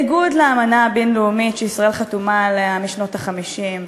בניגוד לאמנה הבין-לאומית שישראל חתומה עליה משנות ה-50,